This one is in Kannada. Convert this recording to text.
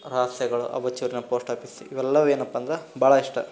ರಹಸ್ಯಗಳು ಅಬಚೂರಿನ ಪೋಸ್ಟ್ ಆಪೀಸ್ ಇವೆಲ್ಲವು ಏನಪ್ಪ ಅಂದ್ರೆ ಬಹಳ ಇಷ್ಟ